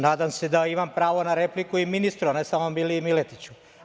Nadam se da imam pravo na repliku i ministra, a ne samo Miliji Miletiću.